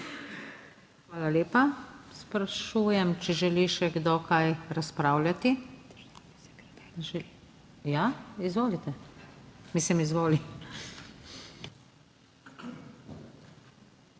Hvala lepa. Sprašujem, če želi še kdo kaj razpravljati? (Da.) Ja, izvolite. Mislim, izvoli.